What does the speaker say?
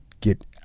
get